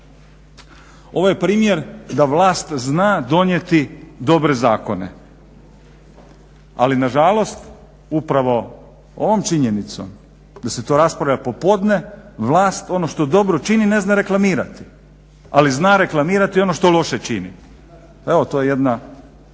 Ovo je primjer da vlast zna donijeti dobre zakone, ali na žalost upravo ovom činjenicom da se to raspravlja popodne, vlast ono što dobro čini ne zna reklamirati, ali zna reklamirati ono što loše čini. Pa evo, to je jedna